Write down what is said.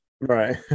Right